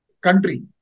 country